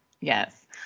Yes